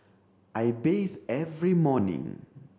I bathe every morning